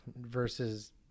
versus